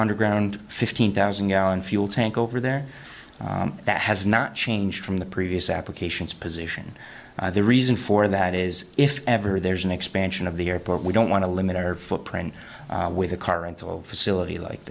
underground fifteen thousand gallon fuel tank over there that has not changed from the previous applications position the reason for that is if ever there's an expansion of the airport we don't want to limit our footprint with the current facility like